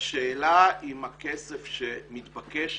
השאלה אם הכסף שמתבקש